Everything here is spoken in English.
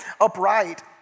upright